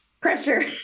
Pressure